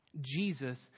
Jesus